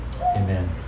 Amen